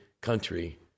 country